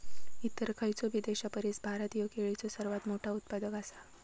इतर खयचोबी देशापरिस भारत ह्यो केळीचो सर्वात मोठा उत्पादक आसा